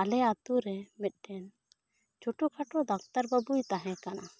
ᱟᱞᱮ ᱟᱛᱳ ᱨᱮᱱ ᱢᱤᱫᱴᱮᱱ ᱪᱷᱩᱴᱩ ᱯᱷᱟᱹᱴᱩ ᱰᱚᱠᱴᱚᱨ ᱵᱟᱹᱵᱩᱭᱮ ᱛᱟᱦᱮᱸ ᱠᱟᱱᱟ